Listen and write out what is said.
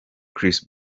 chris